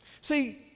See